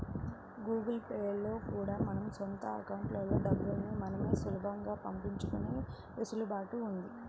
Google Pay లో కూడా మన సొంత అకౌంట్లకి డబ్బుల్ని మనమే సులభంగా పంపించుకునే వెసులుబాటు ఉంది